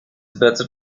better